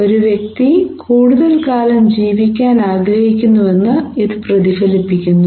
ഒരു വ്യക്തി കൂടുതൽ കാലം ജീവിക്കാൻ ആഗ്രഹിക്കുന്നുവെന്ന് ഇത് പ്രതിഫലിപ്പിക്കുന്നു